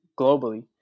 globally